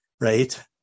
Right